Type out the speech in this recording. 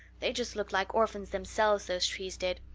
they just looked like orphans themselves, those trees did.